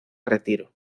retiro